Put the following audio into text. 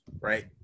right